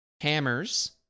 Hammers